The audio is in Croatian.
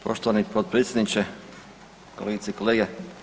Poštovani potpredsjedniče, kolegice i kolege.